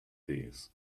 these